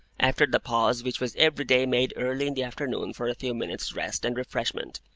after the pause which was every day made early in the afternoon for a few minutes' rest and refreshment,